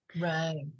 right